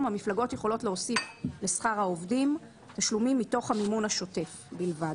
המפלגות יכולות להוסיף לשכר העובדים תשלומים מתוך המימון השוטף בלבד.